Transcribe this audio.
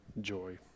joy